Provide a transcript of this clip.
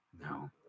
no